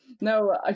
No